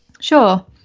Sure